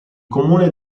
comune